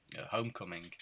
Homecoming